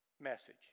message